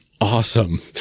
awesome